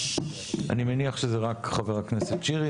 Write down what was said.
אני מניח שזה רק חבר הכנסת שירי.